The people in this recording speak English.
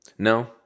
No